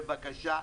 בבקשה,